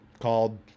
Called